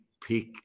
pick